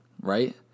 Right